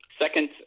Second